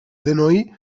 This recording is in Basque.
denoi